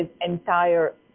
entire